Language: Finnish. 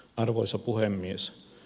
arvoisa puhemies